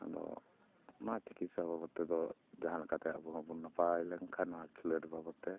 ᱟᱫᱚ ᱚᱱᱟ ᱪᱤᱠᱤᱥᱥᱟ ᱵᱟᱵᱚᱛ ᱛᱮᱫᱚ ᱡᱟᱦᱟᱸ ᱞᱮᱠᱟᱛᱮ ᱟᱵᱚ ᱦᱚᱸᱵᱚᱱ ᱱᱟᱯᱟᱭ ᱞᱮᱱᱠᱷᱟᱱ ᱱᱚᱣᱟ ᱠᱷᱮᱞᱳᱸᱰ ᱵᱟᱵᱚᱛ ᱛᱮ